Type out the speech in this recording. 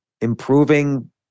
improving